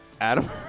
Adam